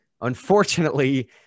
unfortunately